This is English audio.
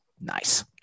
nice